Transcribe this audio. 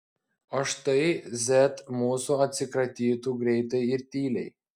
o štai z mūsų atsikratytų greitai ir tyliai